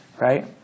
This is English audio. right